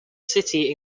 city